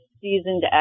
seasoned